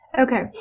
Okay